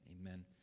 Amen